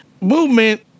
movement